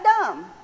dumb